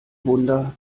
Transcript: wunder